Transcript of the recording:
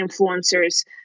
influencer's